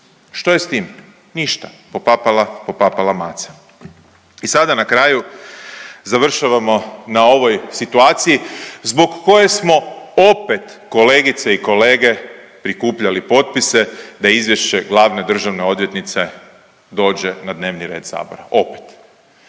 što je s tim? Ništa, popapala, popapala maca. I sada na kraju završavamo na ovoj situaciji zbog koje smo opet kolegice i kolege prikupljali potpise da izvješće glavne državne odvjetnice dođe na dnevni red sabora, opet.